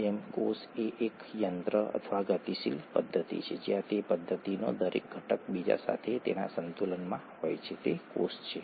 અહીં તમારી પાસે પેન્ટોઝ સુગર તરીકે ઓળખાતી વાનગી છે જે અહીં પેન્ટોઝ કાર્બોહાઇડ્રેટ છે